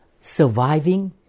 surviving